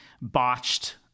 botched